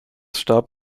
starb